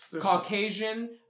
Caucasian